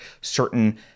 certain